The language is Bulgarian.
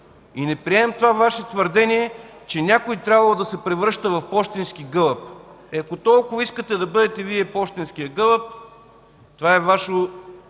Не приемам това Ваше твърдение, че някой трябвало да се превръща в пощенски гълъб. Ако толкова искате да бъдете Вие пощенският гълъб – това е Ваше право